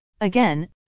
Again